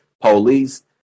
police